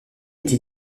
été